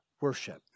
worship